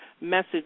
message